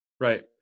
Right